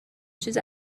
چیز